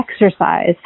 exercise